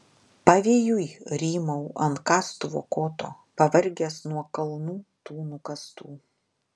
pavėjui rymau ant kastuvo koto pavargęs nuo kalnų tų nukastų